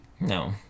No